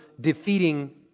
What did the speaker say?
defeating